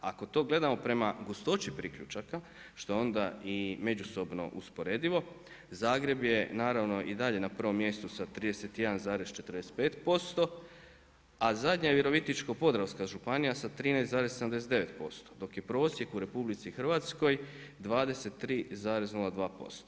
Ako to gledamo prema gustoći priključaka što je onda i međusobno usporedivo Zagreb je naravno i dalje na prvom mjestu sa 31,45% a zadnja je Virovitičko-podravska županija sa 13,79% dok je prosjek u RH 23,02%